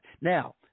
Now